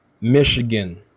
Michigan